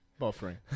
Buffering